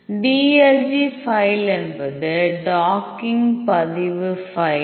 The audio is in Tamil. dlg ஃபைல் என்பது டாக்கிங் பதிவு ஃபைல்